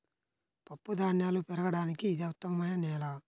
పప్పుధాన్యాలు పెరగడానికి ఇది ఉత్తమమైన నేల